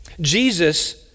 Jesus